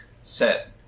set